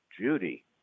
Judy